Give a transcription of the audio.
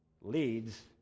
leads